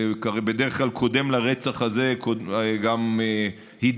והרי בדרך כלל קודמת לרצח הזה גם הידרדרות